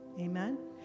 Amen